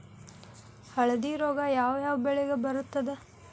ಹಳದಿ ರೋಗ ಯಾವ ಯಾವ ಬೆಳೆಗೆ ಬರುತ್ತದೆ?